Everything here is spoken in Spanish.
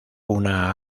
una